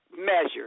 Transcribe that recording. measure